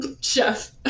chef